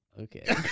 Okay